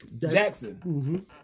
Jackson